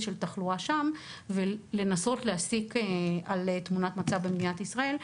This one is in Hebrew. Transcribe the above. של התחלואה שם ולנסות להסיק על תמונת המצב של מדינת ישראל,